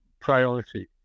priority